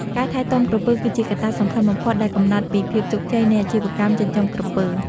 ការថែទាំក្រពើ គឺជាកត្តាសំខាន់បំផុតដែលកំណត់ពីភាពជោគជ័យនៃអាជីវកម្មចិញ្ចឹមក្រពើ។